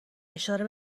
اشاره